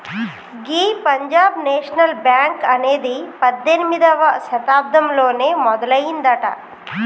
గీ Punjab national bank అనేది పద్దెనిమిదవ శతాబ్దంలోనే మొదలయ్యిందట